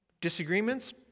Disagreements